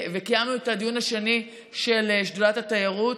קיימנו את הדיון השני של שדולת התיירות,